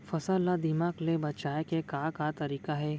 फसल ला दीमक ले बचाये के का का तरीका हे?